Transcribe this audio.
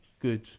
good